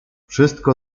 wszystko